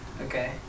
okay